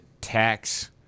tax